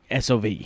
SOV